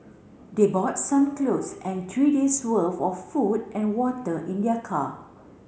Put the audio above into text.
they bought some clothes and three days worth of food and water in their car